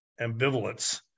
ambivalence